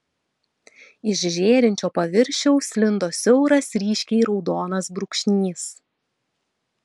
iš žėrinčio paviršiaus lindo siauras ryškiai raudonas brūkšnys